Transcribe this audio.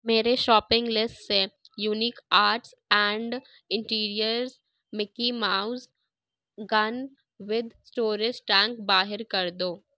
میرے shopping list سے unique arts and interiors Mickey Mouse gun with storage tank باہر کر دو